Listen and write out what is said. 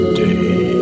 day